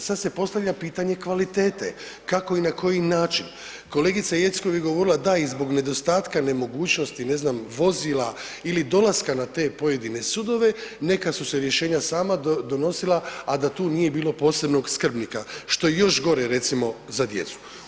Sad se postavlja pitanje kvalitete, kako i na koji način, kolegica Jeckov je govorila da i zbog nedostatka nemogućnosti, ne znam, vozila ili dolaska na te pojedine sudove neka su se rješenja sama donosila, a da tu nije bilo posebnog skrbnika, što je još gore recimo za djecu.